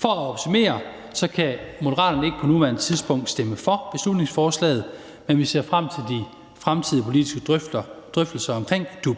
kan jeg sige, at Moderaterne ikke på nuværende tidspunkt kan stemme for beslutningsforslaget, men vi ser frem til de fremtidige politiske drøftelser omkring DUP.